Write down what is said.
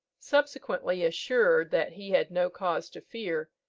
subsequently assured that he had no cause to fear,